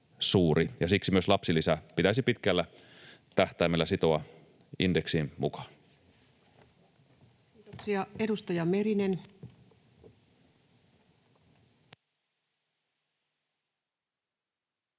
siksi myös lapsilisä pitäisi pitkällä tähtäimellä sitoa indeksiin mukaan. [Speech 32] Speaker: